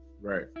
Right